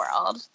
World